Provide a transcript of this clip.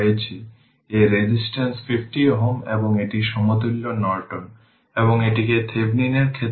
এবং i y current 2 Ω resistor এর দিক দিয়ে প্রবাহিত হচ্ছে এইভাবে তাই i2 i1 কারণ এই i2 এভাবে যাচ্ছে এবং এই i১ এভাবে যাচ্ছে